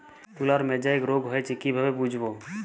তুলার মোজাইক রোগ হয়েছে কিভাবে বুঝবো?